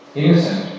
innocent